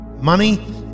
Money